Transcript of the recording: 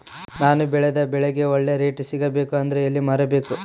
ನಾನು ಬೆಳೆದ ಬೆಳೆಗೆ ಒಳ್ಳೆ ರೇಟ್ ಸಿಗಬೇಕು ಅಂದ್ರೆ ಎಲ್ಲಿ ಮಾರಬೇಕು?